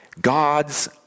God's